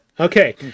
Okay